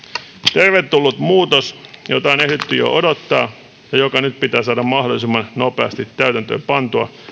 tervetullut muutos jota on ehditty jo odottaa ja joka nyt pitää saada mahdollisimman nopeasti täytäntöön pantua